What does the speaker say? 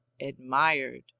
Admired